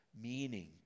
meaning